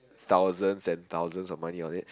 thousands and thousands of money of it